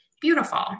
Beautiful